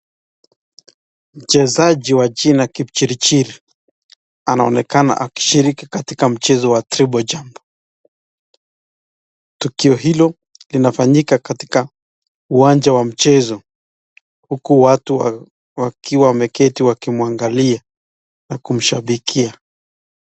Mchezaji wa jina Kipchirchir, anaonekana akishiriki katika mchezo wa triple jump .Tukio hilo linafanyika katika uwanja wa mchezo, huku watu wakiwa wameketi wakimwangalia na kumshabikia.